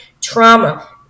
trauma